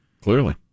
Clearly